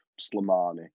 Slomani